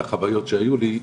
על חוויות שהיו לי,